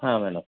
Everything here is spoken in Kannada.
ಹಾಂ ಮೇಡಮ್